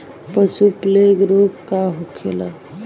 पशु प्लग रोग का होखेला?